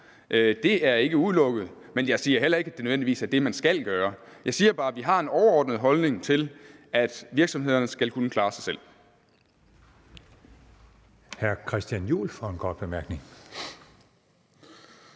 Det er ikke udelukket, men jeg siger heller ikke, at det nødvendigvis er det, man skal gøre. Jeg siger bare, at vi har en overordnet holdning til, at virksomhederne skal kunne klare sig selv.